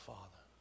Father